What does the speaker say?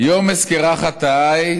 השרה רגב, חבל.